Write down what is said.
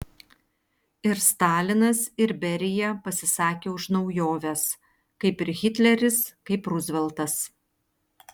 ir stalinas ir berija pasisakė už naujoves kaip ir hitleris kaip ruzveltas